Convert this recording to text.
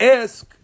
ask